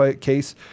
case